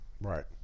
Right